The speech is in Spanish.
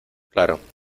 claro